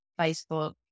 Facebook